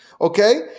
okay